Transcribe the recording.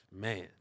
man